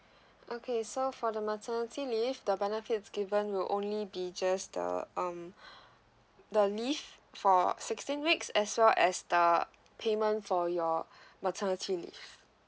okay so for the maternity leave the benefits given will only be just a um the leave for sixteen weeks as well as the payment for your maternity leave